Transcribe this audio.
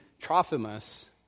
Trophimus